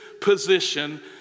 position